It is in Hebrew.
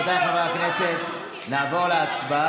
אם כן, רבותיי חברי הכנסת, נעבור להצבעה.